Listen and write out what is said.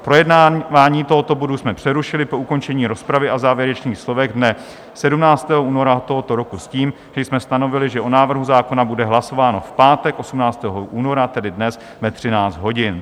Projednávání tohoto bodu jsme přerušili po ukončení rozpravy a závěrečných slovech dne 17. února tohoto roku s tím, že jsme stanovili, že o návrhu zákona bude hlasováno v pátek 18. února, tedy dnes, ve 13 hodin.